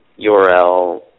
URL